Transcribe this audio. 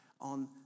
on